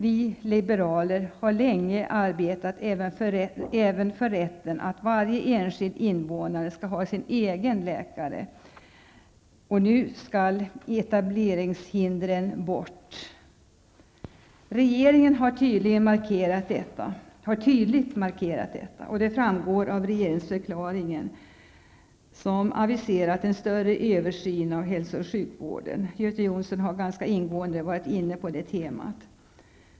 Vi liberaler har länge arbetat även för rätten att varje enskild invånare skall ha sin egen läkare. Och nu skall etableringshindren bort. Regeringen har tydligt markerat detta, vilket framgår av regeringsförklaringen, där en större översyn av hälso och sjukvården har aviserats. Göte Jonsson har ganska ingående talat om detta.